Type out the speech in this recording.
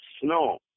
snow